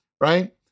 right